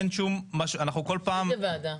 איזה ועדה?